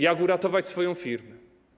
Jak uratować swoją firmę?